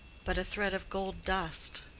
but a thread of gold dust